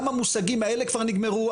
גם המושגים האלה כבר נגמרו.